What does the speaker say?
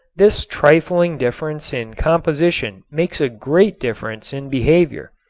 this trifling difference in composition makes a great difference in behavior.